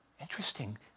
Interesting